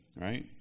right